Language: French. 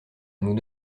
nous